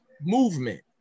movement